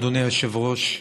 אדוני היושב-ראש,